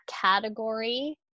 category